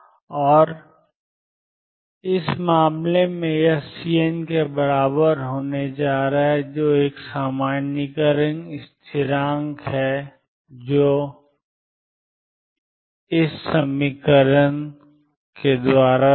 और इस मामले में यह Cn के बराबर होने जा रहा है जो एक सामान्यीकरण स्थिरांक है 34sin πxL e iE1t 14sin 3πxL e iE3t